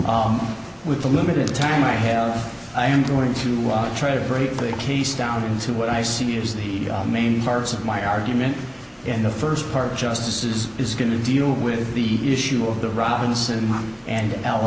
the with the limited time i have i am going to try to break the case down into what i see as the main parts of my argument in the first part justices is going to deal with the issue of the robinson and l